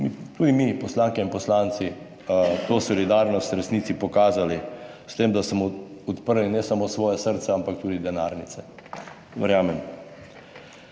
tudi mi, poslanke in poslanci, to solidarnost v resnici pokazali s tem, da smo odprli ne samo svoja srca, ampak tudi denarnice. Verjamem